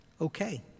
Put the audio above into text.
Okay